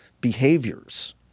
behaviors